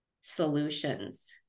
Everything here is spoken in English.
solutions